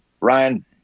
Ryan